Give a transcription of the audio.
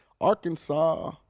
Arkansas